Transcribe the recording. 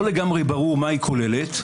לא לגמרי ברור, מה היא כוללת.